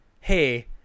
hey